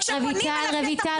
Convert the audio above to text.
וכשפונים אליו הוא יטפל.